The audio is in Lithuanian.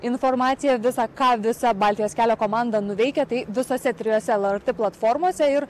informaciją visą ką visa baltijos kelio komanda nuveikia tai visose trijose lrt platformose ir